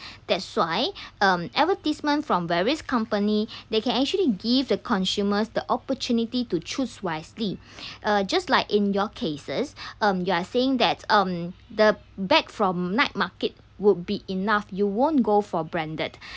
that's why um advertisement from various company they can actually give the consumers the opportunity to choose wisely uh just like in your cases um you are saying that um the bag from night market would be enough you won't go for branded